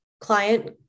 client